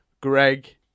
Greg